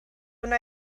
wna